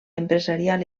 empresarial